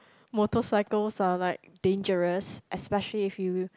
motorcycles are like dangerous especially if you